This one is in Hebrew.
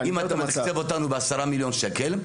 אם אתה מתקצב אותנו ב-10 מיליון שקלים,